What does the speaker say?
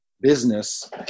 business